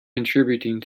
contributing